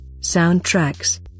soundtracks